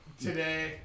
today